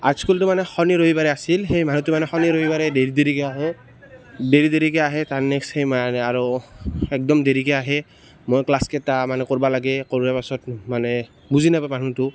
art স্কুলটো মানে শনি ৰবিবাৰে আছিল সেই মানুহটো মানে শনি ৰবিবাৰে দেৰি দেৰিকৈ আহোঁ দেৰি দেৰিকৈ আহে তাৰ নেক্সট সেই মানে আৰু একদম দেৰিকৈ আহে মই ক্লাছকেইটা মানে কৰিব লাগে কৰাৰ পাছত মানে বুজি নাপায় মানুহটো